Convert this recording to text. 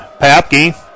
Papke